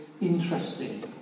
interesting